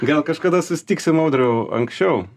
gal kažkada susitiksim audriau anksčiau